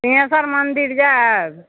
सिंघेशर मंदिर जाएब